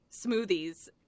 smoothies